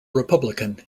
republican